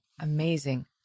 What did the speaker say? Amazing